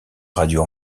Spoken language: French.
radio